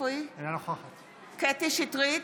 אינה נוכחת אלעזר שטרן,